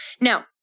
Now